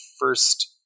first